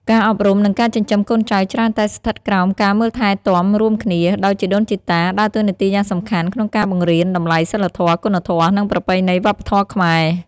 ការអប់រំ និងការចិញ្ចឹមកូនចៅច្រើនតែស្ថិតក្រោមការមើលថែទាំរួមគ្នា ដោយជីដូនជីតាដើរតួនាទីយ៉ាងសំខាន់ក្នុងការបង្រៀនតម្លៃសីលធម៌ គុណធម៌ និងប្រពៃណីវប្បធម៌ខ្មែរ។